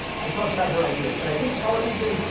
i talked about her ideas. but i think politicians,